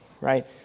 right